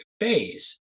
phase